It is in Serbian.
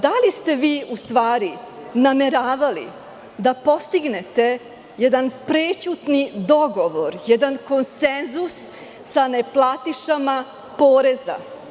Da li ste vi u stvari nameravali da postignete jedan prećutni dogovor, jedan konsenzus sa neplatišama poreza?